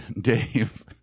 Dave